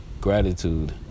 Gratitude